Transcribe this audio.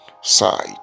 side